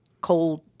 Cold